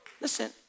Listen